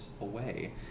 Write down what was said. away